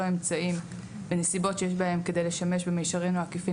אמצעים בנסיבות שיש בהן כדי לשמש במישרין או בעקיפין